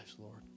Lord